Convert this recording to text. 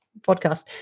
podcast